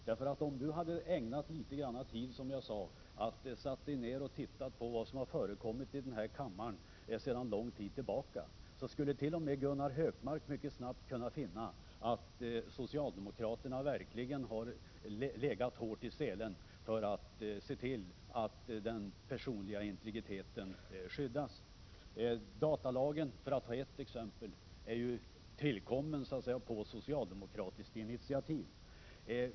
Om Gunnar Hökmark hade ägnat litet tid åt att titta på vad som har förekommit i den här kammaren sedan lång tid tillbaka, skulle t.o.m. han kunna finna att socialdemokraterna verkligen har legat hårt i selen för att se till att den personliga integriteten skyddas. För att ta ett exempel kan jag nämna att datalagen är tillkommen på socialdemokratiskt initiativ.